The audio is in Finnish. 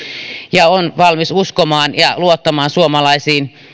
ja olen valmis uskomaan ja luottamaan suomalaisiin